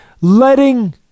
letting